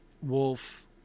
wolf